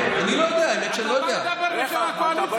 מה שעצוב זה שאתה לא יודע מה קורה בליכוד.